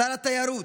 שר התיירות,